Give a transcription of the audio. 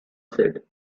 said